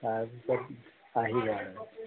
তাৰপিছত আহি আৰু